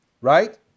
Right